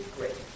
Great